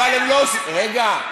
אבל הם לא, רגע.